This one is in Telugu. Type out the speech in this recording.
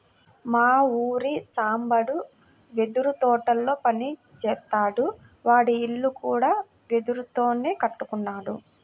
మా ఊరి సాంబడు వెదురు తోటల్లో పని జేత్తాడు, వాడి ఇల్లు కూడా వెదురుతోనే కట్టుకున్నాడు